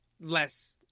less